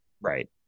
Right